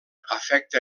afecta